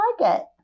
target